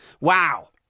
Wow